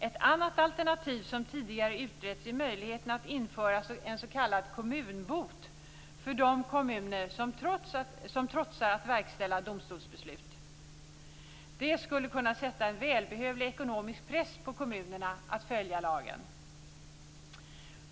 Ett annat alternativ som tidigare utretts är möjligheten att införa en s.k. kommunbot för de kommuner som trotsar att verkställa domstolsbeslut. Det skulle kunna sätta välbehövlig ekonomisk press på kommunerna att följa lagen.